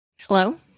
Hello